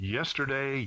Yesterday